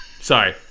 Sorry